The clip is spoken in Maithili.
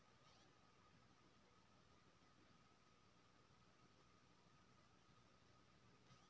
किण्वन केर बाद कोकोआ केर फर मे अंकुरण केर क्षमता खतम भए जाइ छै